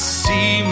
see